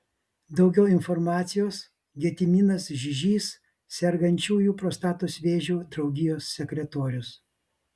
daugiau informacijos gediminas žižys sergančiųjų prostatos vėžiu draugijos sekretorius